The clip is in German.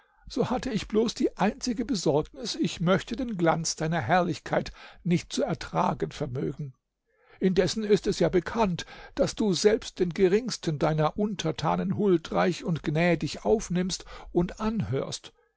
so hatte ich bloß die einzige besorgnis ich möchte den glanz deiner herrlichkeit nicht zu ertragen vermögen indessen ist es ja bekannt daß du selbst den geringsten deiner untertanen huldreich und gnädig aufnimmst und anhörst